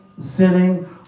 sitting